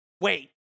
wait